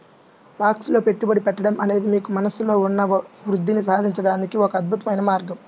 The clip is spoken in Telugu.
స్టాక్స్ లో పెట్టుబడి పెట్టడం అనేది మీకు మనస్సులో ఉన్న వృద్ధిని సాధించడానికి ఒక అద్భుతమైన మార్గం